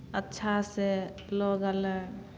अच्छासँ लऽ गेलै